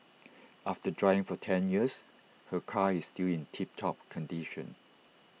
after driving for ten years her car is still in tip top condition